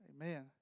Amen